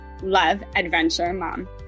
loveadventuremom